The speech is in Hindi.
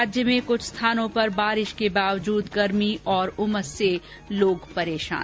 प्रदेश में क्छ स्थानों पर बारिश के बावजूद गर्मी और उमस से लोग परेशान